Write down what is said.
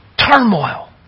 Turmoil